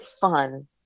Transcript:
fun